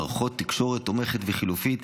מערכות תקשורת תומכת וחלופית,